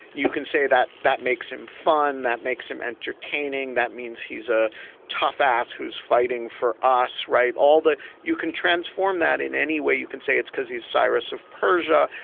you can say that that makes him fun, that makes him entertaining. that means he's a tough ass who's fighting for us. right. all the you can transform that in any way. you can say it's because he's cyrus of persia.